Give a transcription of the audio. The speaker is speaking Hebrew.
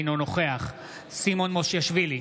אינו נוכח סימון מושיאשוילי,